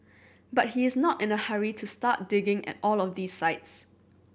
but he is not in a hurry to start digging at all of these sites